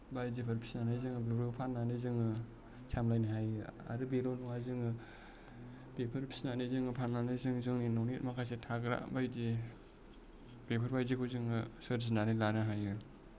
बायदिफोर फिसिनानै जोङो बेफोरखौ फाननानै जोङो समालायनो हायो आरो बेल' नङा जोङो बेफोर फिसिनानै जोङो फाननानै जों जोंनि न'नि माखासे थाग्रा बायदि बेफोरबायदिखौ जोङो सोरजिनानै लानो हायो